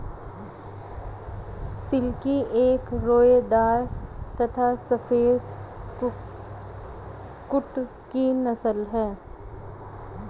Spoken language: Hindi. सिल्की एक रोएदार तथा सफेद कुक्कुट की नस्ल है